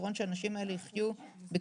הפתרון הוא שאנשים האלה יחיו בקרבנו,